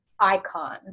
icon